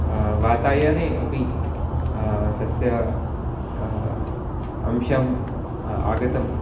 वातायने अपि तस्य अंशं आगतं